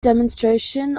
demonstration